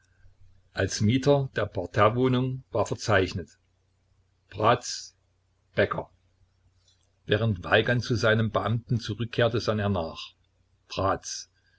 als mieter der parterre wohnung war verzeichnet bratz bäcker während weigand zu seinen beamten zurückkehrte sann er nach bratz